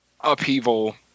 upheaval